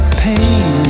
pain